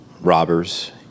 robbers